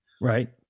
Right